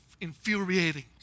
infuriating